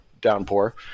downpour